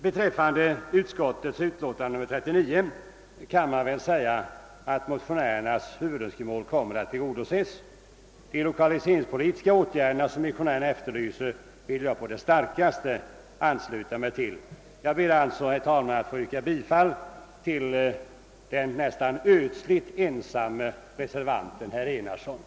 Beträffande utskottets utlåtande nr 39 kan man väl säga att motionärernas hu vudönskemål kommer att tillgodoses. De lokaliseringspolitiska åtgärder, som motionärerna efterlyser, vill jag bestämt ansluta mig till. Herr talman! Jag ber att få yrka bifall till herr Enarssons reservation — herr Enarsson är en nästan ödsligt ensam reservant.